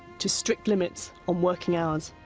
to strict limits on working hours.